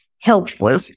helpful